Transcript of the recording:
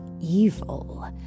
evil